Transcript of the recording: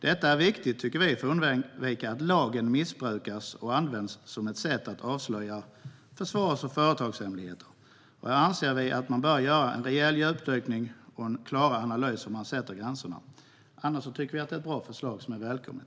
Detta är viktigt för att undvika att lagen missbrukas och används som ett sätt att avslöja försvars och företagshemligheter. Här anser vi att man bör göra en rejäl djupdykning och en klarare analys om hur man sätter gränserna. I övrigt tycker vi att det är ett bra förslag som är välkommet.